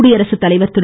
குடியரசுத்தலைவர் திரு